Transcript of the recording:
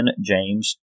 James